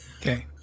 Okay